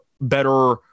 better